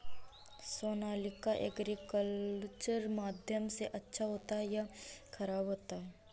Sonalika agriculture माध्यम से अच्छा होता है या ख़राब होता है?